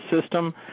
system